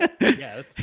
Yes